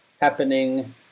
happening